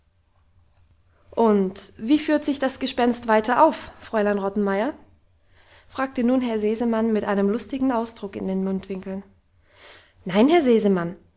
und wie führt sich das gespenst weiter auf fräulein rottenmeier fragte nun herr sesemann mit einem lustigen ausdruck in den mundwinkeln nein herr sesemann